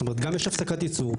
זאת אומרת, גם יש הפסקת ייצור.